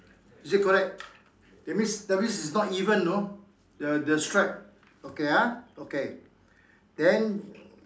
is it correct that means that means it's not even know the the strap okay ah okay then